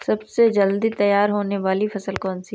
सबसे जल्दी तैयार होने वाली फसल कौन सी है?